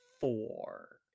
four